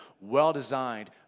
well-designed